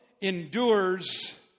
endures